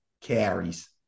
carries